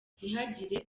ntihagire